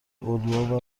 الگوها